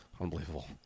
Unbelievable